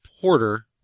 porter